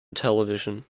television